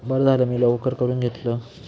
बरं झालं मी लवकर करून घेतलं